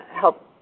help